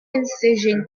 incision